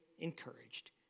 encouraged